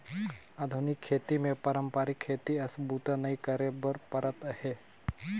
आधुनिक खेती मे पारंपरिक खेती अस बूता नइ करे बर परत हे